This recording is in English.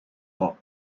war